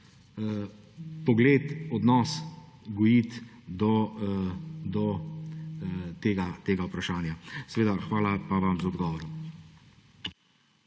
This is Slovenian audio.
pogled, odnos do tega vprašanja. Seveda hvala pa vam za odgovor.